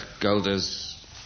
Golders